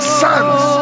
sons